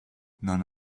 none